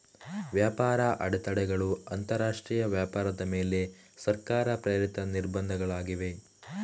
ವ್ಯಾಪಾರ ಅಡೆತಡೆಗಳು ಅಂತರಾಷ್ಟ್ರೀಯ ವ್ಯಾಪಾರದ ಮೇಲೆ ಸರ್ಕಾರ ಪ್ರೇರಿತ ನಿರ್ಬಂಧಗಳಾಗಿವೆ